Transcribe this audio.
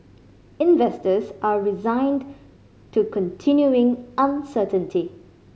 investors are resigned to continuing uncertainty